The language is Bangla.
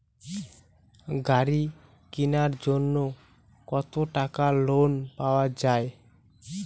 গাড়ি কিনার জন্যে কতো টাকা লোন পাওয়া য়ায়?